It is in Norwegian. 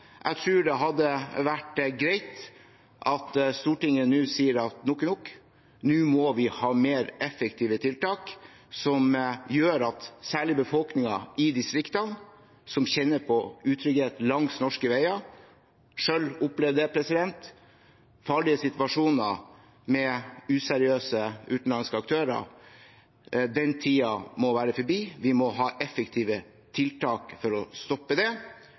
Jeg tror det hadde vært greit at Stortinget nå sa at nok er nok, nå må vi ha mer effektive tiltak mot det som gjør at særlig befolkningen i distriktene kjenner på utrygghet langs norske veier – jeg har selv opplevd det – på grunn av farlige situasjoner med useriøse utenlandske aktører. Den tiden må være forbi. Vi må ha effektive tiltak for å stoppe det.